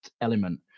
element